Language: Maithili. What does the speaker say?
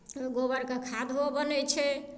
गोबरके खादो बनै छै